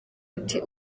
ati